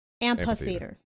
Amphitheater